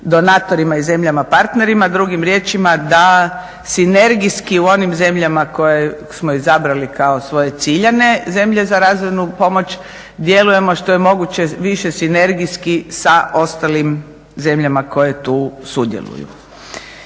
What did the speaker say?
donatorima i zemljama partnerima, drugim riječima da sinergijski u onim zemljama koje smo izabrali kao svoje ciljane zemlje za razvojnu pomoć djelujemo što je moguće više sinergijski sa ostalim zemljama koje tu sudjeluju.